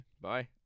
Bye